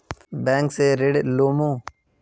Bank से ऋण लुमू?